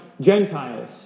Gentiles